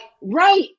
right